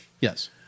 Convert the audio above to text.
Yes